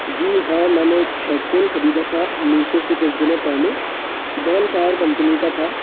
जी हाँ मैंने एक हेडफोन खरीदा था मीशो से कुछ दिनों पहले बोनफायर कंपनी का था